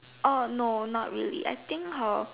orh no not really I think her